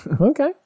Okay